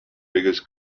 biggest